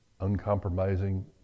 Uncompromising